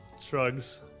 shrugs